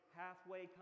halfway